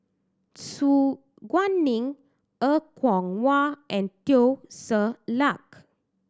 Su Guaning Er Kwong Wah and Teo Ser Luck